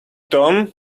tom